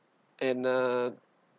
and uh